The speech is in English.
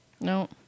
No